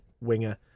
winger